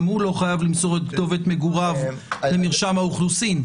גם הוא לא חייב למסור את כתובת מגוריו למרשם האוכלוסין.